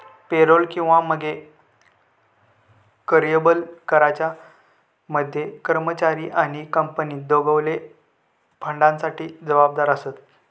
payroll किंवा मगे कर्यबल कराच्या मध्ये कर्मचारी आणि कंपनी दोघवले फंडासाठी जबाबदार आसत